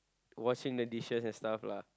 washing the dishes and stuff lah